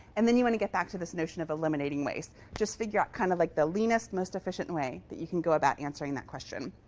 and then you want to get back to this notion of eliminating waste. just figure out kind of like the leanest, most efficient way that you can go about answering that question.